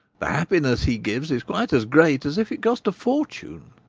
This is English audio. the happiness he gives, is quite as great as if it cost a fortune.